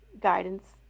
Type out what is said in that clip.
guidance